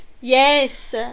Yes